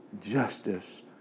justice